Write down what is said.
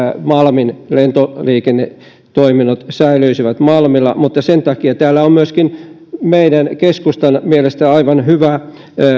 malmin lentoliikennetoiminnot säilyisivät malmilla mutta sen takia täällä on myöskin keskustan mielestä aivan hyvä